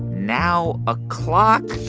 now o'clock.